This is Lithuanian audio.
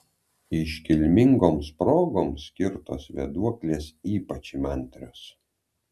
iškilmingoms progoms skirtos vėduoklės ypač įmantrios